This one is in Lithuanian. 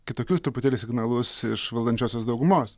kitokius truputėlį signalus iš valdančiosios daugumos